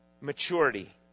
maturity